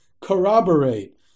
corroborate